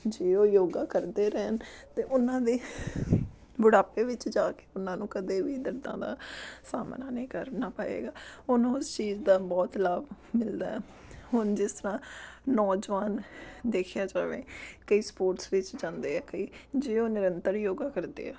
ਜੇ ਉਹ ਯੋਗਾ ਕਰਦੇ ਰਹਿਣ ਤਾਂ ਉਹਨਾਂ ਦੇ ਬੁਢਾਪੇ ਵਿੱਚ ਜਾ ਕੇ ਉਹਨਾਂ ਨੂੰ ਕਦੇ ਵੀ ਦਰਦਾਂ ਦਾ ਸਾਹਮਣਾ ਨਹੀਂ ਕਰਨਾ ਪਵੇਗਾ ਉਹਨੂੰ ਉਸ ਚੀਜ਼ ਦਾ ਬਹੁਤ ਲਾਭ ਮਿਲਦਾ ਹੁਣ ਜਿਸ ਤਰ੍ਹਾਂ ਨੌਜਵਾਨ ਦੇਖਿਆ ਜਾਵੇ ਕਈ ਸਪੋਰਟਸ ਵਿੱਚ ਜਾਂਦੇ ਆ ਕਈ ਜੇ ਉਹ ਨਿਰੰਤਰ ਯੋਗਾ ਕਰਦੇ ਆ